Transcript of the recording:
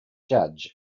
judge